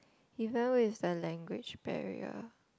even with the language barrier